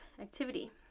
activity